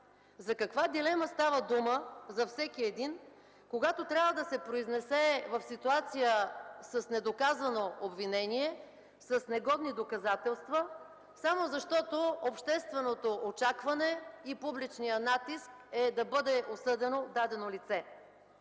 за каква дилема става дума за всеки един, когато трябва да се произнесе в ситуация с недоказано обвинение, с негодни доказателства, само защото общественото очакване и публичният натиск е да бъде осъдено дадено лице!